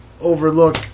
overlook